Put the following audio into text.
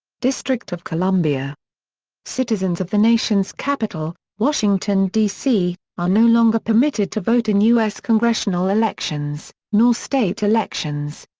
district of columbia citizens of the nation's capital, washington, d c, c, are no longer permitted to vote in u s. congressional elections, nor state elections.